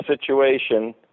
situation